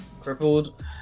crippled